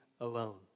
alone